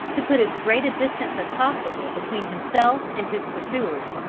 to put as great a distance as possible between himself and his pursuers,